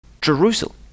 Jerusalem